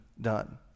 done